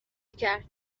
کرد